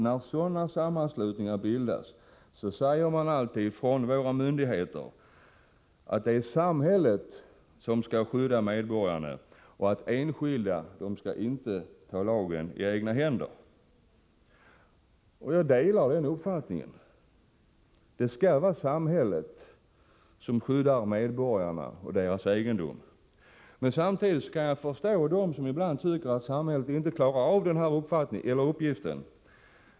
När sådana sammanslutningar bildas säger man alltid från våra myndigheters sida att det är samhället som skall skydda medborgarna och att enskilda inte skall ta lagen i egna händer. Jag delar den uppfattningen. Det är samhället som skall skydda medborgarna och deras egendom. Men samtidigt kan jag förstå dem som ibland tycker att samhället inte klarar av den uppgiften.